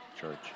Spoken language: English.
Church